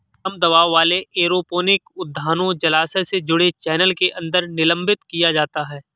कम दबाव वाले एरोपोनिक उद्यानों जलाशय से जुड़े चैनल के अंदर निलंबित किया जाता है